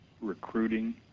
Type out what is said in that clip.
recruiting